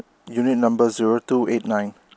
unit number zero two eight nine